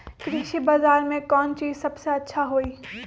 कृषि बजार में कौन चीज सबसे अच्छा होई?